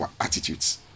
attitudes